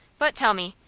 but, tell me,